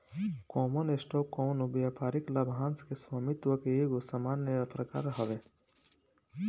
common stock कवनो व्यापारिक लाभांश के स्वामित्व के एगो सामान्य प्रकार हवे